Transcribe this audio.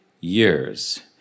years